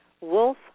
wolf